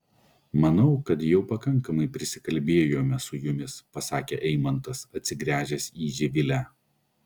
manau kad jau pakankamai prisikalbėjome su jumis pasakė eimantas atsigręžęs į živilę